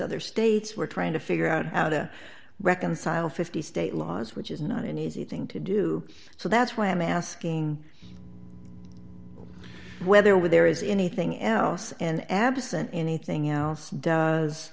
other states we're trying to figure out how to reconcile fifty state laws which is not an easy thing to do so that's why i'm asking whether when there is anything else and absent anything else does